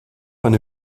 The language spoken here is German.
eine